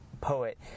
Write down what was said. poet